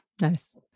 Nice